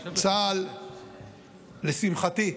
לשמחתי,